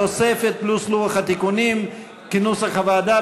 תוספת פלוס לוח התיקונים כנוסח הוועדה,